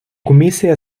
комісія